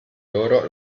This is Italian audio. loro